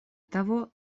того